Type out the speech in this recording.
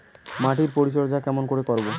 মাটির পরিচর্যা কেমন করে করব?